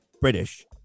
British